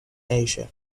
asia